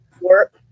work